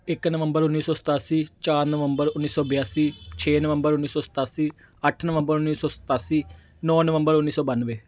ਇੱਕ ਨਵੰਬਰ ਉੱਨੀ ਸੌ ਸਤਾਸੀ ਚਾਰ ਨਵੰਬਰ ਉੱਨੀ ਸੌ ਬਿਆਸੀ ਛੇ ਨਵੰਬਰ ਉੱਨੀ ਸੌ ਸਤਾਸੀ ਅੱਠ ਨਵੰਬਰ ਉੱਨੀ ਸੌ ਸਤਾਸੀ ਨੌ ਨਵੰਬਰ ਉੱਨੀ ਸੌ ਬੱਨਵੇ